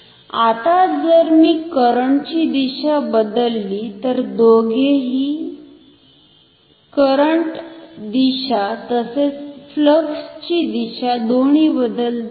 आता जर मी करंट ची दिशा बदलली तर दोघेही करंट दिशा तसेच फ्लक्स ची दिशा दोन्ही बदलतील